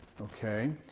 Okay